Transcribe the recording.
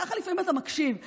ככה לפעמים אתה מרגיש,